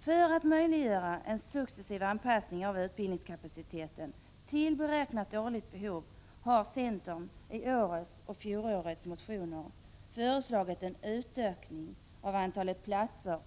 För att möjliggöra en successiv anpassning av utbildningskapaciteten till det beräknade årliga behovet har vi i centern både i årets och i fjolårets motioner i detta sammanhang föreslagit en utökning